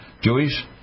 Jewish